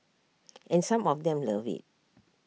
and some of them love IT